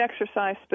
exercise